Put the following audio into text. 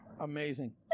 amazing